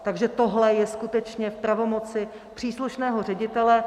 Takže tohle je skutečně v pravomoci příslušného ředitele.